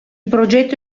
progetto